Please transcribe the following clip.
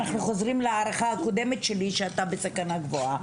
אנחנו חוזרים להערכה הקודמת שלי שאתה בסכנה גבוהה.